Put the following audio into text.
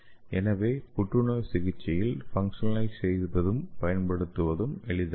எனவே புற்றுநோய் சிகிச்சையில் ஃபங்ஷனலைஸ் செய்வதும் பயன்படுத்துவதும் எளிதானது